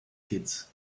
kids